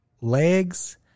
legs